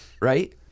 right